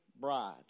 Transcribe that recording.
bride